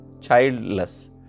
childless